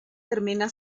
termina